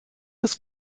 des